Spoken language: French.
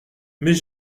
mais